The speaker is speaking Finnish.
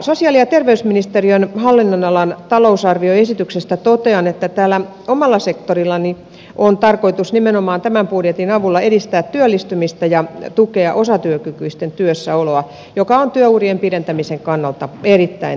sosiaali ja terveysministeriön hallinnonalan talousarvioesityksestä totean että täällä omalla sektorillani on tarkoitus nimenomaan tämän budjetin avulla edistää työllistymistä ja tukea osatyökykyisten työssäoloa joka on työurien pidentämisen kannalta erittäin tärkeää